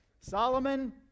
Solomon